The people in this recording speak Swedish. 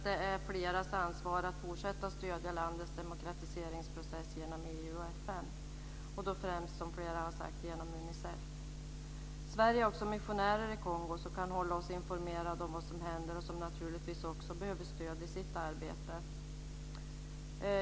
Det är fleras ansvar att fortsätta att stödja landets demokratiseringsprocess genom EU och FN, och då främst genom Unicef, som flera har sagt. Sverige har också missionärer i Kongo som kan hålla oss informerade om vad som händer, och de behöver naturligtvis också stöd i sitt arbete.